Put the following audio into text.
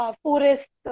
forest